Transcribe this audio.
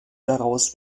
daraus